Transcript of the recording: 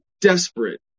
desperate